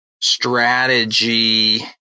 strategy